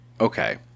okay